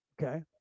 okay